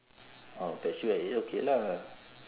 I'll fetch you at eight okay lah